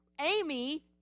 Amy